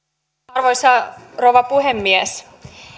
arvoisa rouva puhemies